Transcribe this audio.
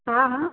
હા હા